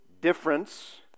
difference